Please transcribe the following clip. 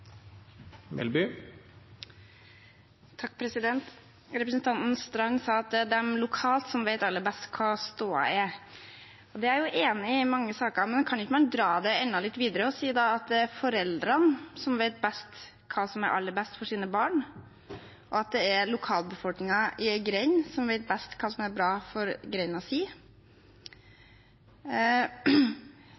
lokalt som vet aller best hva stoda er. Det er jeg jo enig i, i mange saker, men kan man ikke dra det enda litt videre og si at det er foreldrene som vet best hva som er aller best for sine barn, og at det er lokalbefolkningen i en grend som vet best hva som er bra for